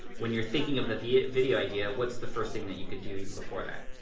when you're thinking of the video video idea, what's the first thing that you could do even before that?